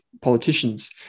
politicians